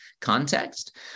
context